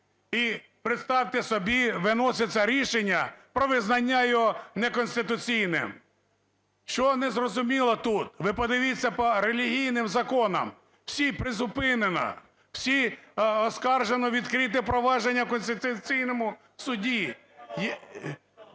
І представте собі: виноситься рішення про визнання його неконституційним. Що не зрозуміло тут? Ви подивіться по релігійним законам – всі призупинено, всі оскаржено, відкрите провадження в Конституційному Суді.